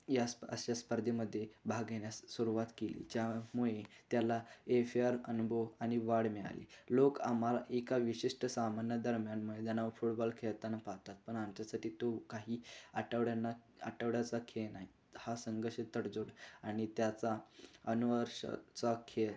या स्प अशा स्पर्धेमध्ये भाग घेण्यास सुरुवात केली ज्यामुळे त्याला ए फेअर अनुभव आणि वाढ मिळाली लोक आम्हाला एका विशिष्ट सामान्यादरम्यान मैदानावर फुटबॉल खेळताना पाहतात पण आमच्यासाठी तो काही आठवड्यांना आठवड्याचा खेळ नाही हा संघर्ष तडजोड आणि त्याचा अनुवर्षाचा खेळ